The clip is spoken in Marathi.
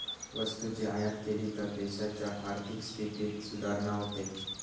वस्तूची आयात केली तर देशाच्या आर्थिक स्थितीत सुधारणा होते